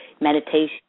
meditation